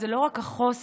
וזה לא רק החוסן,